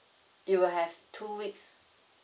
you will have two weeks